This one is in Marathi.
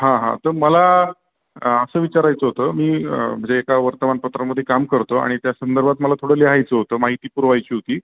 हां हां तर मला असं विचारायचं होतं मी म्हणजे एका वर्तमानपत्रामध्ये काम करतो आणि त्या संदर्भात मला थोडं लिहायचं होतं माहिती पुरवायची होती